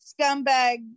scumbag